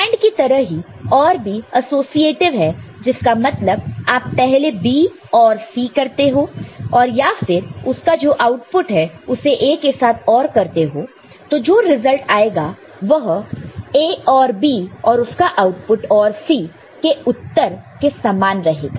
AND की तरह ही OR भी एसोसिएटीव है जिसका मतलब यदि आप पहले B OR C करते हो और फिर उसका जो आउटपुट है उसे A के साथ OR करते हो तो जो रिजल्ट आएगा वह A OR B और उसका आउटपुट OR C के उत्तर के समान रहेगा